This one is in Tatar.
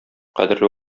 кадерле